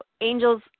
angels